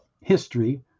history